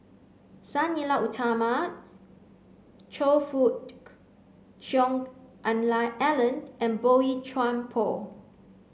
Sang Nila Utama Choe Cheong Alan and Boey Chuan Poh